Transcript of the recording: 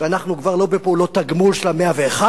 אנחנו כבר לא בפעולות תגמול של ה-101,